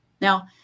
Now